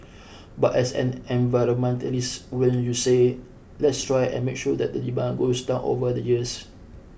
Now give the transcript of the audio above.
but as an environmentalist wouldn't you say let's try and make sure that the demand goes down over the years